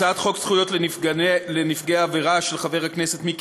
הצעת חוק זכויות נפגעי עבירה (תיקון,